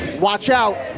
watch out.